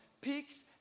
peaks